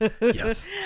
Yes